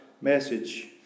message